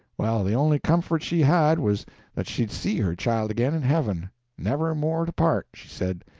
well, the only comfort she had was that she'd see her child again, in heaven never more to part she said,